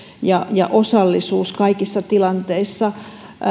ja ja osallisuus kaikissa tilanteissa